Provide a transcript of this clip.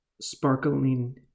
sparkling